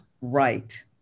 right